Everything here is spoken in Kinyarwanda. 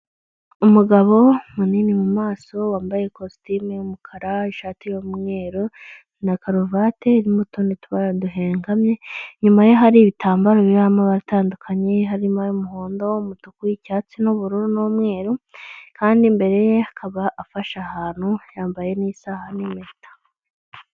Umugabo munini mu maso wambaye ikositimu y'umukara, ishati y'umweru na karuvate irimo utundi tubara duhengamye, inyuma ye hari ibitambaro biriho amabara atandukanye, harimo umuhondo, umutuku w'icyatsi n'ubururu n'umweru kandi imbere ye akaba afashe ahantu yambaye n'isaaha n'impeta.